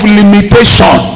limitation